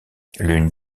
l’une